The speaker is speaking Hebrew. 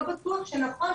לא בטוח שהוא נכון,